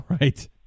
Right